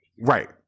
Right